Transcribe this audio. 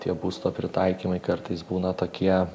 tie būsto pritaikymai kartais būna tokie